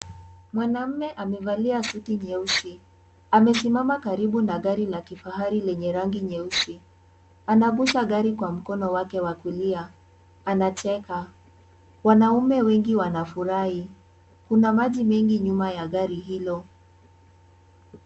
Mwanaume amevalia suti nyeusi, amesimama karibu na gari la kifahari lenye rangi nyeusi. Amegusa gari kwa mkono wake wa kulia. Anacheka. Wanaume wengi wanafurahi. Kuna maji mengi nyuma ya gari hilo.